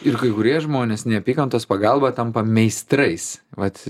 ir kai kurie žmonės neapykantos pagalba tampa meistrais vat